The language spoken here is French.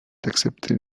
d’accepter